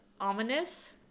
Ominous